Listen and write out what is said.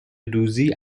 دوزی